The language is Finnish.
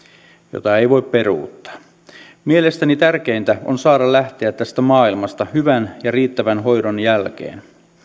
jota ei voi peruuttaa mielestäni tärkeintä on saada lähteä tästä maailmasta hyvän ja riittävän hoidon jälkeen